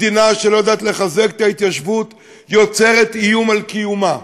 מדינה שלא יודעת לחזק את ההתיישבות יוצרת איום על קיומה.